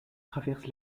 traverse